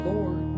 Lord